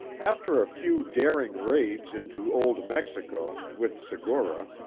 after a few daring raids into old mexico, with segura,